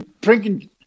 drinking